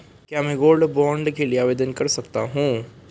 क्या मैं gold bond के लिए आवेदन कर सकता हूं?